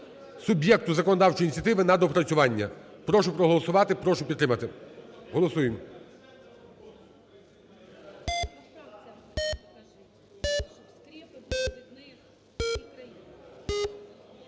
суб'єкту законодавчої ініціативи на доопрацювання. Прошу проголосувати. Прошу підтримати. Голосуємо.